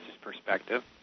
perspective